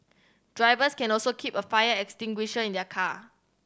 drivers can also keep a fire extinguisher in their car